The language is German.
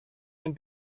ein